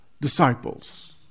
disciples